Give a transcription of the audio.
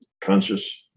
conscious